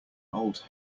old